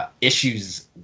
issues